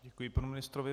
Děkuji panu ministrovi.